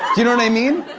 you know what i mean?